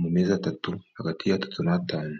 mu mezi atatu, hagati y'atatu n'atanu.